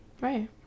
right